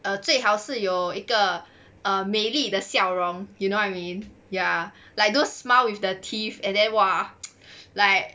err 最好是有一个美丽的笑容 you know what I mean ya like those smile with the teeth and then !wah! like